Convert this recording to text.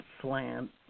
slant